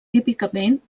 típicament